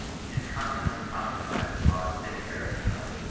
he is constantly prompted by this law to take care of himself,